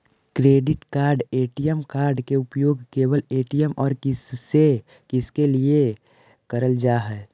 Credit card ATM card के उपयोग केवल ए.टी.एम और किसके के लिए करल जा है?